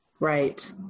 Right